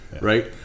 right